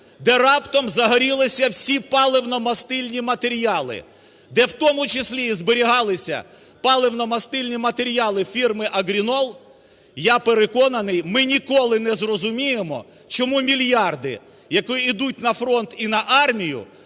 де раптом загорілися всі паливно-мастильні матеріали, де, в тому числі зберігалися паливно-мастильні матеріали фірми "Агрінол", я переконаний, ми ніколи не зрозуміємо чому мільярди, які ідуть на фронт і на армію,